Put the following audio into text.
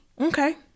Okay